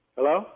Hello